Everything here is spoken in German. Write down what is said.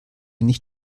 nicht